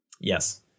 Yes